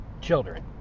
children